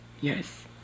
Yes